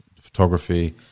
photography